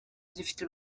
zifite